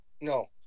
No